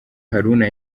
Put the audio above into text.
haruna